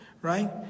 right